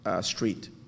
street